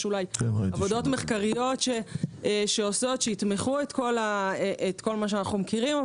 יש עבודות מחקריות שיתמכו בכל מה שאנחנו מכירים.